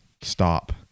stop